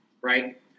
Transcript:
right